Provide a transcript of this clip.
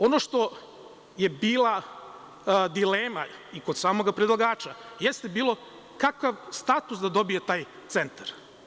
Ono što je bila dilema i kod samog predlagača, jeste to kakav status da dobije taj centar?